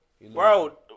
Bro